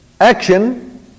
action